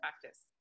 practice